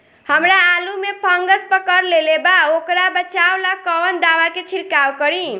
हमरा आलू में फंगस पकड़ लेले बा वोकरा बचाव ला कवन दावा के छिरकाव करी?